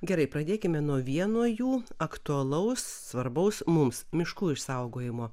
gerai pradėkime nuo vieno jų aktualaus svarbaus mums miškų išsaugojimo